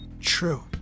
true